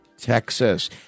Texas